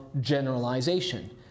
generalization